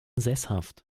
sesshaft